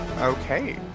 Okay